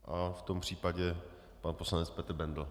V tom případě pan poslanec Petr Bendl.